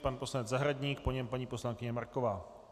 Pan poslanec Zahradník, po něm paní poslankyně Marková.